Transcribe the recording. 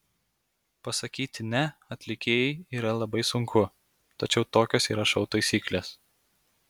pasakyti ne atlikėjai yra labai sunku tačiau tokios yra šou taisyklės